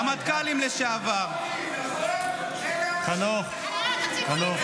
רמטכ"לים לשעבר, האנשים הנכונים.